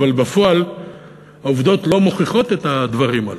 אבל בפועל העובדות לא מוכיחות את הדברים הללו.